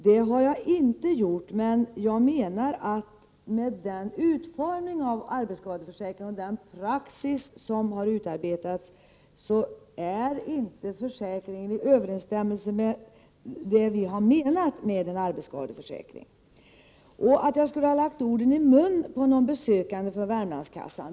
Det har jag inte gjort, men jag anser att med nuvarande utformning av arbetsskadeförsäkringen och den praxis som har utarbetats är inte försäkringen i överensstämmelse med det vi har menat med en arbetsskadeförsäkring. Så vill jag kommentera att jag skulle ha lagt orden i munnen på någon besökande från Värmlandskassan.